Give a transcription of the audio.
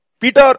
Peter